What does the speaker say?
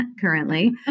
currently